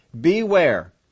Beware